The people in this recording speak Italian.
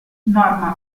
norma